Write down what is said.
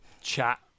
chat